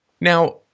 Now –